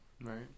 right